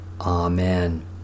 Amen